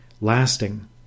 lasting